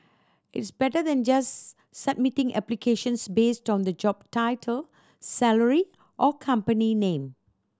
it's better than just submitting applications based on the job title salary or company name